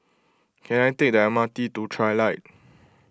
can I take the M R T to Trilight